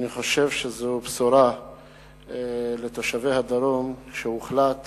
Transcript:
אני חושב שזו בשורה לתושבי הדרום, שהוחלט